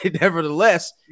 nevertheless